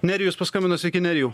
nerijus paskambino sveiki nerijau